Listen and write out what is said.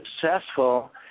successful